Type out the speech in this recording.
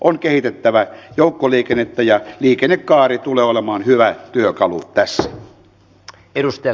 on kehitettävä joukkoliikennettä ja liikennekaari tulee olemaan hyvä työkalu tässä